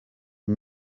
com